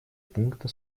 пункта